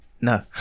No